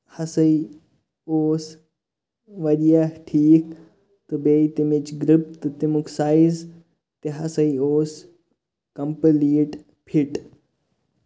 ہَسا اوس واریاہ ٹھیٖک تہٕ بیٚیہِ تَمِچ گرپ تہٕ تَمیُک سایز تہٕ ہسا اوس کَمپٔلیٖٹ فِٹ